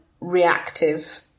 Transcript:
reactive